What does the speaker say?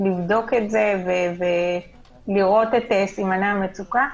לבדוק את זה ולראות את סימני המצוקה.